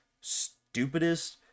stupidest